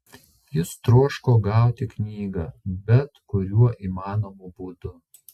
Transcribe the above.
jis troško gauti knygą bet kuriuo įmanomu būdu